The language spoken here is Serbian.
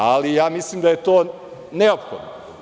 Ali, ja mislim da je to neophodno.